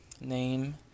name